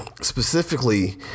specifically